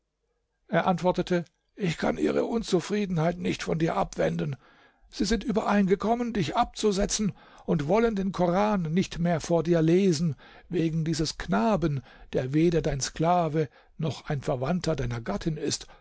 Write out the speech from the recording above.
er antwortete ich kann ihre unzufriedenheit nicht von dir abwenden sie sind übereingekommen dich abzusetzen und wollen den koran nicht mehr vor dir lesen wegen dieses knaben der weder dein sklave noch ein verwandter deiner gattin ist